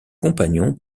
compagnons